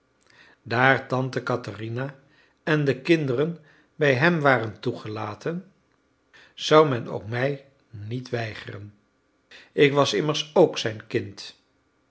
daar tante katherina en de kinderen bij hem waren toegelaten zou men ook mij niet weigeren ik was immers ook zijn kind